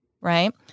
right